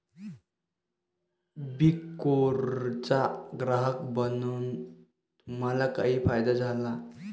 Big फोरचा ग्राहक बनून तुम्हाला काही फायदा झाला?